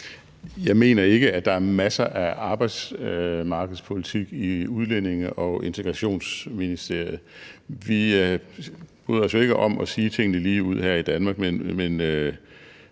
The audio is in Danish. Jeg mener ikke, at der er masser af arbejdsmarkedspolitik i Udlændinge- og Integrationsministeriet. Vi bryder os ikke om at sige tingene ligeud her i Danmark, men